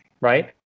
right